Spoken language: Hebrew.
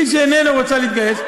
מי שאיננה רוצה להתגייס,